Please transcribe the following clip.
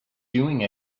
doing